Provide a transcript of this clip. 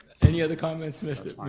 any other comments, mr.